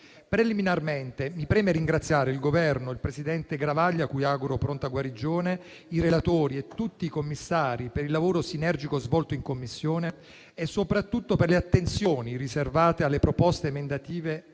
Preliminarmente, mi preme ringraziare il Governo, il presidente Garavaglia, a cui auguro una pronta guarigione, i relatori e tutti i commissari per il lavoro sinergico svolto in Commissione e soprattutto per le attenzioni riservate alle proposte emendative